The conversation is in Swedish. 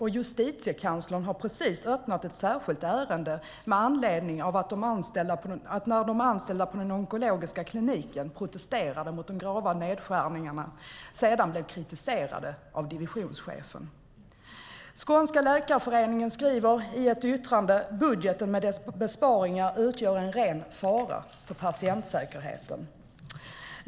Justitiekanslern har precis öppnat ett särskilt ärende med anledning av att de anställda på den onkologiska kliniken som protesterade mot de grava nedskärningarna sedan blev kritiserade av divisionschefen. De skånska läkarföreningarna skriver i ett yttrande att budgeten med dess besparingar utgör en ren fara för patientsäkerheten.